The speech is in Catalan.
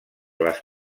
les